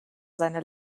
seine